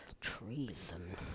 treason